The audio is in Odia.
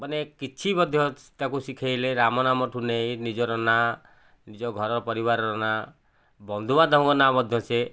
ମାନେ କିଛି ମଧ୍ୟ ତାକୁ ଶିଖେଇଲେ ରାମନାମ ଠାରୁ ନେଇ ନିଜର ନାଁ ନିଜ ଘର ପରିବାରର ନାଁ ବନ୍ଧୁବାନ୍ଧବ ଙ୍କ ନାଁ ମଧ୍ୟ ସିଏ